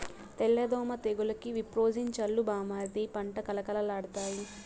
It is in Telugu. తెల్ల దోమ తెగులుకి విప్రోజిన్ చల్లు బామ్మర్ది పంట కళకళలాడతాయి